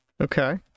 Okay